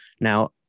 Now